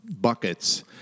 buckets